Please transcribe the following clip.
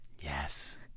Yes